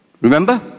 Remember